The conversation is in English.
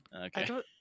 Okay